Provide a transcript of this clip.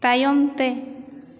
ᱛᱟᱭᱚᱢᱛᱮ